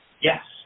Yes